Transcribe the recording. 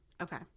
Okay